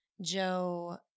Joe